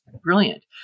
brilliant